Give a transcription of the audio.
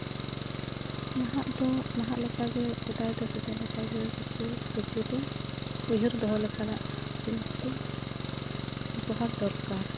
ᱱᱟᱦᱟᱜ ᱫᱚ ᱱᱟᱦᱟᱜ ᱞᱮᱠᱟᱜᱮ ᱥᱮᱫᱟᱭ ᱫᱚ ᱥᱮᱫᱟᱭ ᱞᱮᱠᱟᱜᱮ ᱠᱤᱪᱷᱩ ᱠᱤᱪᱷᱩ ᱫᱚ ᱩᱭᱦᱟᱹᱨ ᱫᱚᱦᱚ ᱞᱮᱠᱟᱱᱟᱜ ᱡᱤᱱᱤᱥ ᱫᱚ ᱫᱚᱦᱚ ᱫᱚᱨᱠᱟᱨ